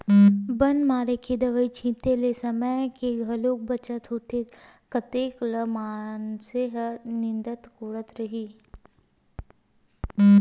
बन मारे के दवई छिते ले समे के घलोक बचत होथे कतेक ल मनसे ह निंदत कोड़त रइही